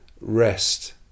rest